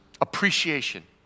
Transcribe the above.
appreciation